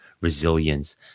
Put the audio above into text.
resilience